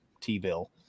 T-Bill